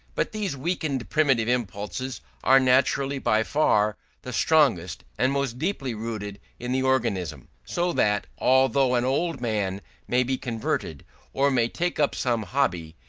but these weakened primitive impulses are naturally by far the strongest and most deeply rooted in the organism so that although an old man may be converted or may take up some hobby,